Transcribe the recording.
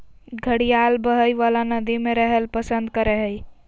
घड़ियाल बहइ वला नदि में रहैल पसंद करय हइ